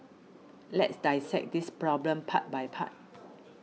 let's dissect this problem part by part